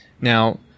Now